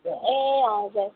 ए हजुर